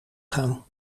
gaan